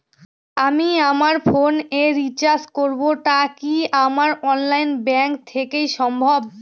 আমি আমার ফোন এ রিচার্জ করব টা কি আমার অনলাইন ব্যাংক থেকেই সম্ভব?